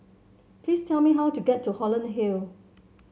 please tell me how to get to Holland Hill